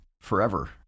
forever